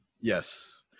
Yes